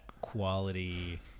quality